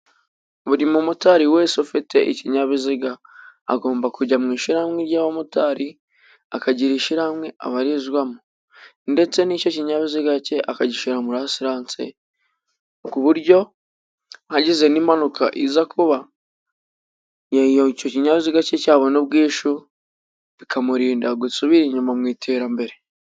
Buri mumotari wese ufite ikinyabiziga, agomba kujya mu ishyirahamwe ry'abamotari, akagira ishyirahamwe abarizwamo. Ndetse n'icyo kinyabiziga cye, akagishira muri asiranse, ku buryo hagize n'impanuka iza kuba, icyo kinyabiziga cye cyabona ubwishu, bikamurinda gusubira inyuma mu iterambere.